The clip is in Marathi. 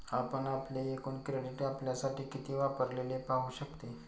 आपण आपले एकूण क्रेडिट आपल्यासाठी किती वापरलेले पाहू शकते